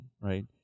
right